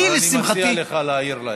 לי, לשמחתי, אני מציע לך להעיר להם.